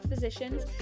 physicians